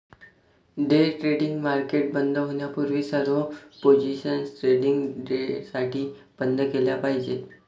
day trading market बंद होण्यापूर्वी सर्व पोझिशन्स ट्रेडिंग डेसाठी बंद केल्या पाहिजेत